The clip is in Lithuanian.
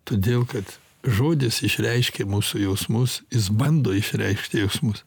todėl kad žodis išreiškia mūsų jausmus jis bando išreikšti jausmus